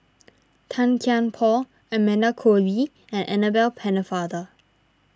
Tan Kian Por Amanda Koe Lee and Annabel Pennefather